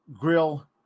grill